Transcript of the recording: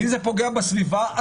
ואם זה פוגע בסביבה,